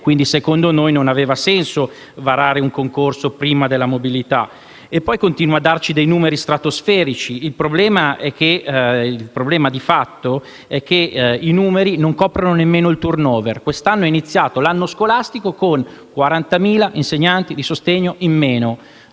quindi, secondo noi, non aveva senso varare un concorso prima della mobilità. Poi lei, signor Ministro, continua a darci dei numeri stratosferici. Il problema di fatto è che i numeri non coprono nemmeno il *turnover*. Quest'anno, l'anno scolastico è iniziato con 40.000 insegnanti di sostegno in meno: